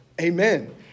Amen